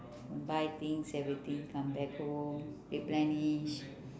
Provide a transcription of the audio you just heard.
buy things everything come back home replenish